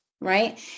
right